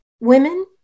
women